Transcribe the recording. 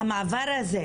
המעבר הזה,